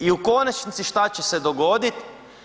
I u konačnici šta će se dogoditi?